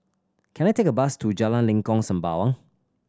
can I take a bus to Jalan Lengkok Sembawang